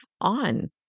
on